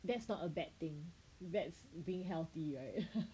that's not a bad thing that's being healthy right